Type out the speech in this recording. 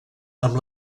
amb